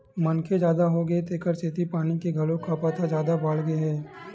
मनखे जादा होगे हे तेखर सेती पानी के घलोक खपत ह जादा बाड़गे गे हवय